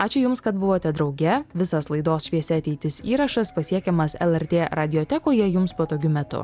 ačiū jums kad buvote drauge visas laidos šviesi ateitis įrašas pasiekiamas lrt radiotekoje jums patogiu metu